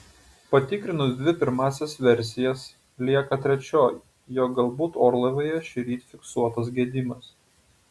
patikrinus dvi pirmąsias versijas lieka trečioji jog galbūt orlaivyje šįryt fiksuotas gedimas